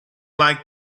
like